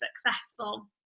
successful